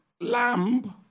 lamb